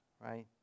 right